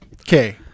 Okay